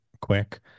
quick